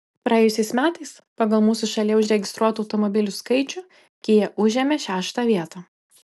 praėjusiais metais pagal mūsų šalyje užregistruotų automobilių skaičių kia užėmė šeštą vietą